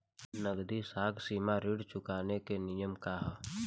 नगदी साख सीमा ऋण चुकावे के नियम का ह?